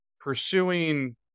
pursuing